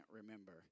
remember